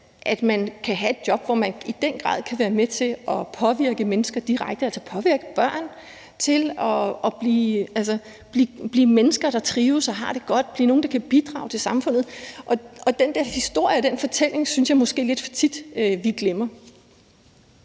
at man kan have et job, hvor man i den grad kan være med til at påvirke mennesker direkte, altså påvirke børn til at blive mennesker, der trives og har det godt, og som bliver nogle, der kan bidrage til samfundet. Og den der fortælling synes jeg vi måske lidt for tit glemmer.